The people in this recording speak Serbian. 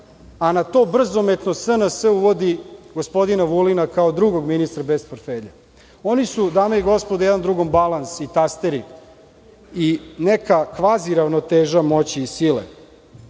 a na to brzometno SNS uvodi gospodina Vulina kao drugog ministra bez portfelja. Oni su, dame i gospodo, jedan drugom balans i tasteri i neka kvaziravnoteža moći i sile. Ono